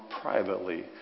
privately